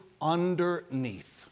underneath